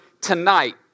tonight